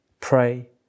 pray